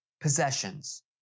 possessions